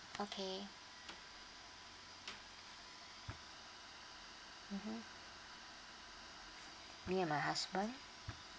okay mmhmm me and my husband